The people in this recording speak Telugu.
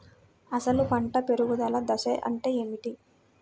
అసలు పంట పెరుగుదల దశ అంటే ఏమిటి?